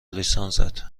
لیسانست